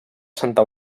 santa